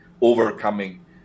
overcoming